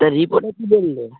তা রিপোর্টে কী বললো